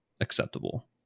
acceptable